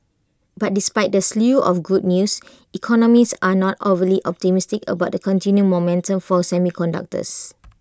but despite the slew of good news economists are not overly optimistic about the continued momentum for semiconductors